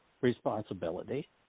responsibility